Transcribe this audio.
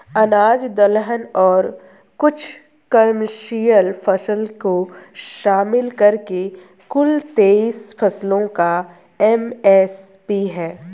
अनाज दलहन और कुछ कमर्शियल फसल को शामिल करके कुल तेईस फसलों का एम.एस.पी है